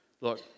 Look